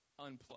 unplug